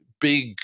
big